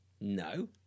no